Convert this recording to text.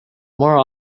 more